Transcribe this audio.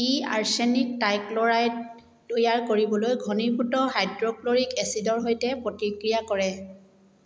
ই arsenic trichloride তৈয়াৰ কৰিবলৈ ঘনীভূত হাইড্ৰক্ল'ৰিক এচিডৰ সৈতে প্ৰতিক্ৰিয়া কৰে